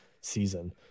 season